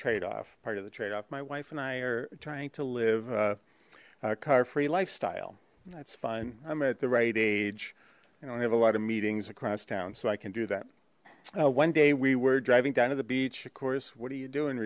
trade off part of the trade off my wife and i are trying to live a car free lifestyle that's fine i'm at the right age i don't have a lot of meetings across town so i can do that one day we were driving down to the beach of course what are you doin